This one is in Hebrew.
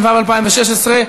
אבל לפי התקנון אין הודעה אישית.